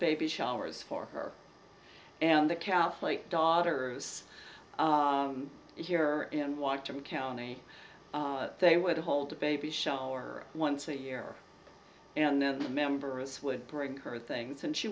baby showers for her and the catholic daughters here and walked in county they would hold a baby shower once a year and then the members would bring her things and she